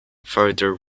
further